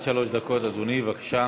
עד שלוש דקות, אדוני, בבקשה.